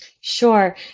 Sure